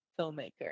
filmmaker